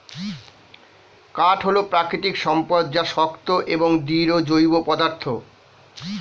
কাঠ হল প্রাকৃতিক সম্পদ যা শক্ত এবং দৃঢ় জৈব পদার্থ